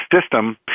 system